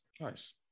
Nice